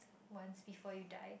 once before you die